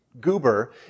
goober